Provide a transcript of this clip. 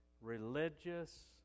religious